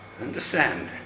Understand